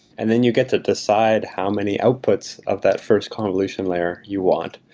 and then you get to decide how many outputs of that first convolution layer you want.